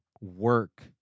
work